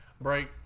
Break